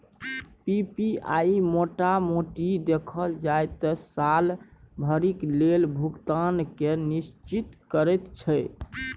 PPI मोटा मोटी देखल जाइ त साल भरिक लेल भुगतान केँ निश्चिंत करैत छै